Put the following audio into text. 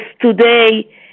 today